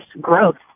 growth